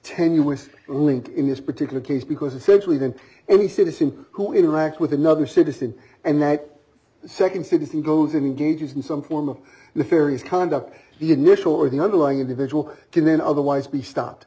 tenuous link in this particular case because essentially then any citizen who interact with another citizen and that second citizen goes engages in some form of the faeries conduct the initial or the underlying individual can then otherwise be stopped